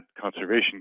conservation